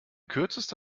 kürzeste